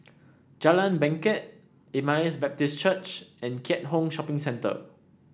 Jalan Bangket Emmaus Baptist Church and Keat Hong Shopping Centre